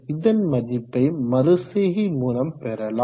இதன் மதிப்பை மறுசெய்கை மூலம் பெறலாம்